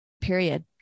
period